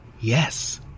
Yes